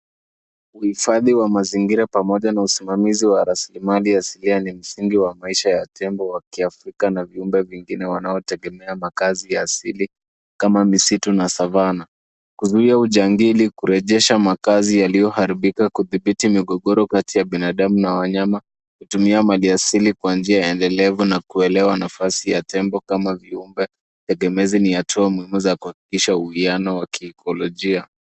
Uhifadhi wa mazingira pamoja na usimamizi wa rasilimali asilia, ni msingi wa maisha ya tembo wa Kiafrika na viumbe vingine wanaotegemea makazi asili kama misitu na savannah . Kuzuia ujangili, kurejesha makazi yaliyoharibika, kudhibiti migogoro kati ya binadamu na wanyama, kutumia maji asili kwa njia endelevu na kuelewa nafasi ya tembo kama viumbe egemezi, ni hatua muhimu za kuhakikisha uwiano wa kiikolojia .